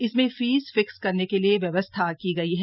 इसमें fees fix करने के लिए व्यवस्था की गई है